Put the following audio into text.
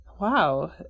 Wow